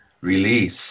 release